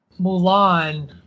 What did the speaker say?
Mulan